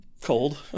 cold